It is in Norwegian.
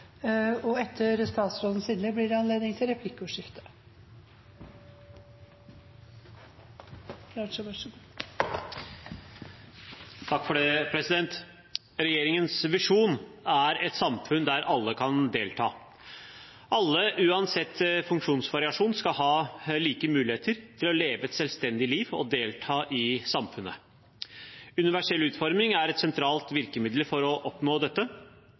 samfunn der alle kan delta. Alle, uansett funksjonsvariasjon, skal ha like muligheter til å leve et selvstendig liv og delta i samfunnet. Universell utforming er et sentralt virkemiddel for å oppnå dette.